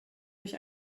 durch